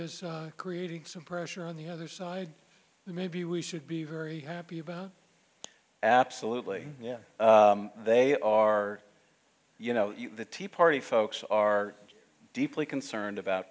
is creating some pressure on the other side maybe we should be very happy about absolutely yeah they are you know the tea party folks are deeply concerned about